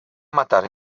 matar